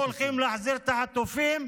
אמרו שהולכים להחזיר את החטופים,